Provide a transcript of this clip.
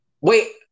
Wait